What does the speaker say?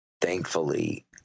thankfully